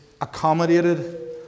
accommodated